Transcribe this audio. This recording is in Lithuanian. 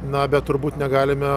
na bet turbūt negalime